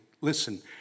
listen